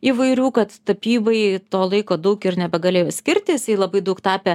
įvairių kad tapybai to laiko daug ir nebegalėjo skirti jisai labai daug tapė